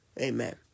Amen